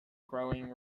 growing